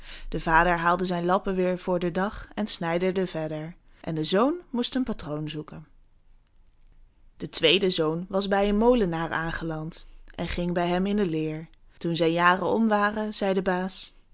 de vader haalde zijn lappen weêr voor den dag en snijderde verder en de zoon moest een patroon zoeken de tweede zoon was bij een molenaar aangeland en ging bij hem in de leer toen zijn jaren om waren zei de baas